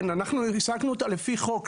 אנחנו העסקנו אותה לפי חוק.